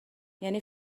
یعنی